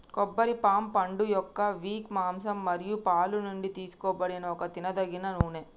కొబ్బరి పామ్ పండుయొక్క విక్, మాంసం మరియు పాలు నుండి తీసుకోబడిన ఒక తినదగిన నూనె